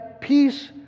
peace